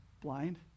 blind